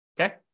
Okay